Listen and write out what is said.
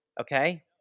okay